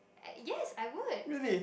yes I would